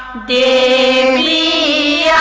a